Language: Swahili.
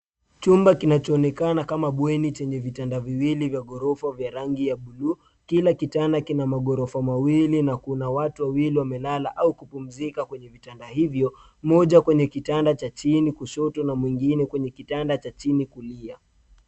Chumba kinachoonekana kama bweni chenye vitanda viwili vya ghorofa vya rangi ya bluu. Kila kitanda kina maghorofa mawili na kuna watu wawili wamelala au kupumzika kwenye vitanda hivyo, mmoja kwenye kitanda cha chini kushoto na mwingine kwenye kitanda cha chini kulia.